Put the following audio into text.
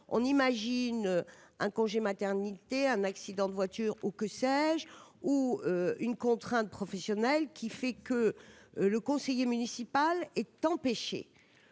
on imagine un congé maternité, un accident de voiture ou que sais-je, ou une contrainte professionnelle qui fait que le conseiller municipal est empêché,